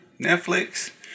Netflix